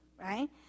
right